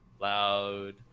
loud